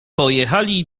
pojechali